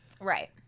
right